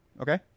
Okay